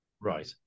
right